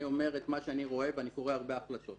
אני אומר את מה שאני רואה ואני קורא הרבה החלטות.